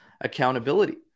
accountability